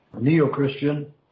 Neo-Christian